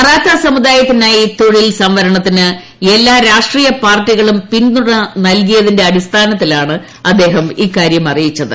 മറാത്ത സമുദായത്തിനായി തൊഴിൽ സംവരണത്തിന് എല്ലാ രാഷ്ട്രീയ പാർട്ടികളും പിന്തുണ നൽകിയതിന്റെ അടിസ്ഥാനത്തിലാണ് അദ്ദേഹം ഇക്കാര്യം അറിയിച്ചത്